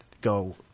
go